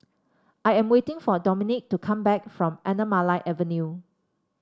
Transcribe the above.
I am waiting for Domenick to come back from Anamalai Avenue